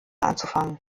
anzufangen